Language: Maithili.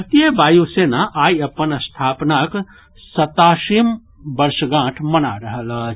भारतीय वायु सेना आइ अपन स्थापनाक सत्तासीयम् वर्षगांठ मना रहल अछि